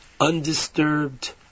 undisturbed